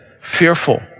fearful